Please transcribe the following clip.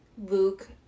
Luke